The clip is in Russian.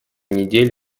недель